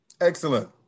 Excellent